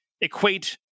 equate